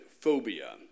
phobia